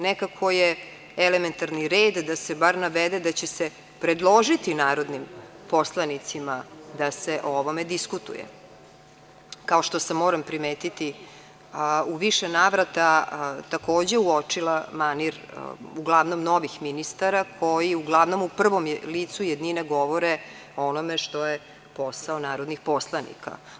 Nekako je elementarni red da se bar navede da će se predložiti narodnim poslanicima da se o ovome diskutuje, kao što sam, moram primetiti u više navrata, takođe, uočila manir uglavnom novih ministara, koji uglavnom u prvom licu jednine govore o onome što je posao narodnih poslanika.